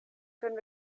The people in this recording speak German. können